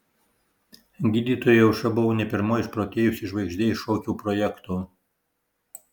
gydytojui aušra buvo ne pirmoji išprotėjusi žvaigždė iš šokių projekto